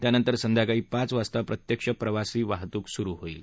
त्यानंतर संध्याकाळी पाच वाजता प्रत्यक्ष प्रवासी वाहतूक सुरू होईल